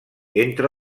entre